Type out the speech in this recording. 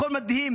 מכון מדהים,